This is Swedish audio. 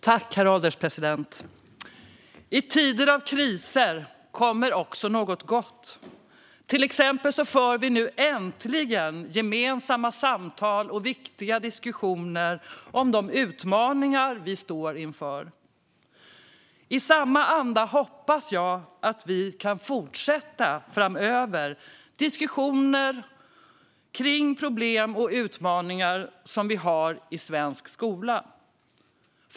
Herr ålderspresident! I tider av kriser kommer också något gott. Till exempel för vi nu äntligen gemensamma samtal och viktiga diskussioner om de utmaningar som vi står inför. I samma anda hoppas jag att vi framöver kan fortsätta med diskussioner kring problem och utmaningar som vi har i svensk skola.